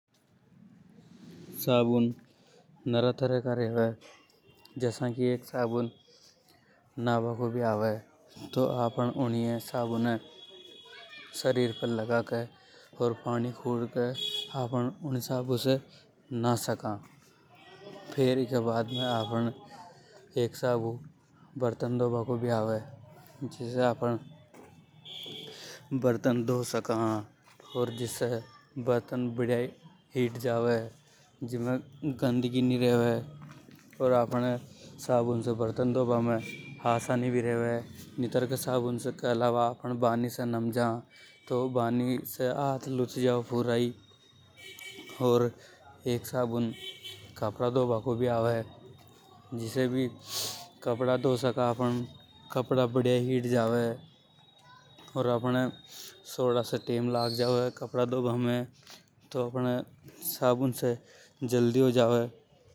साबुन नरा तरह का रेवे ,जसा की साबुन नाभा को भी रेवे। तो आपन ऊ साबू ये शरीर पे लगा के पाणी खुड के ना सका। फेर ईके बाद में साबू बर्तन धो बा को भी आवे। जिसे आफ़न बर्तन धो सका और जिसे बर्तन हिट जावे जीमे गंदगी नि रेवे। ओर आफ़न ये साबुन से बर्तन धोबा में आसानी भी रेवे। ओर साबुन कपड़ा धोबा को भी आवे। जिसे भी कपड़ा धो सका आफ़न। जिसे कपड़ा हिट जावे। अर आफ़न ये सोडा से टेम लग जावे तो आपन ये साबू से जल्दी हो जावे।